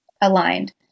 aligned